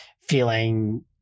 feeling